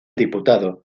diputado